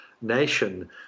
nation